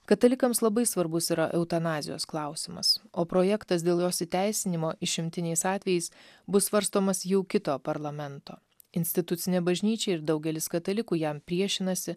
katalikams labai svarbus yra eutanazijos klausimas o projektas dėl jos įteisinimo išimtiniais atvejais bus svarstomas jau kito parlamento institucinė bažnyčia ir daugelis katalikų jam priešinasi